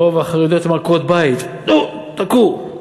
רוב החרדיות הן עקרות-בית, נו, תכו.